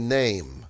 name